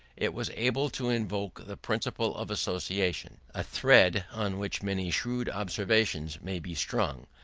it was able to invoke the principle of association a thread on which many shrewd observations may be strung,